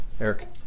Eric